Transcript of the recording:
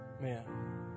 man